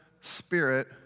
spirit